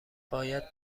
باید